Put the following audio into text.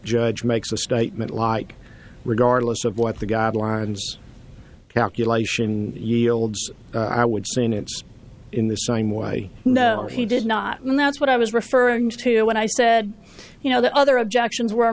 judge makes a statement like regardless of what the guidelines calculation yields i would say no it's in the same way no he did not and that's what i was referring to when i said you know the other objections were